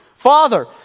Father